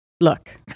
look